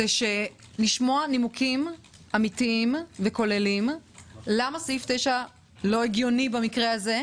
לשמוע נימוקים אמיתיים וכוללים למה סעיף 9 לא הגיוני במקרה הזה,